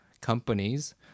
companies